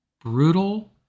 Brutal